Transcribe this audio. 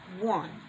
one